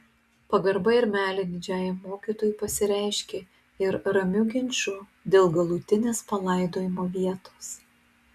pagarba ir meilė didžiajam mokytojui pasireiškė ir ramiu ginču dėl galutinės palaidojimo vietos